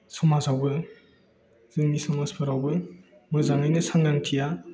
समाजावबो जोंनि समाजफोरावबो मोजाङैनो सांग्रांथिया